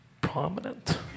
prominent